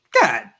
God